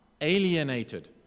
alienated